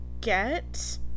get